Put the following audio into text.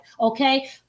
Okay